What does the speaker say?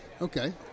Okay